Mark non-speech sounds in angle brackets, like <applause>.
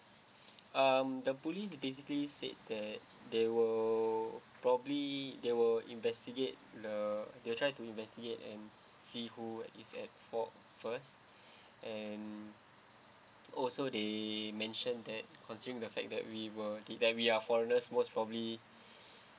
<breath> um the police is basically said that they were probably they were investigate the they will try to investigate and <breath> see who is at fault first <breath> and also they mentioned that consuming the fact that we were that we are foreigners worst probably <breath>